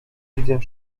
widzę